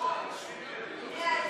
בני הזוג,